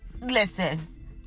Listen